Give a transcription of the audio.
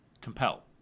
compel